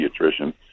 pediatrician